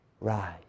Rise